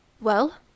Well